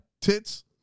tits